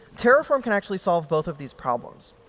terraform can actually solve both of these problems.